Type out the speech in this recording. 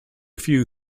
few